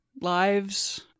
lives